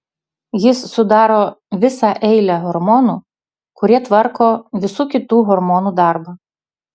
jis sudaro visą eilę hormonų kurie tvarko visų kitų hormonų darbą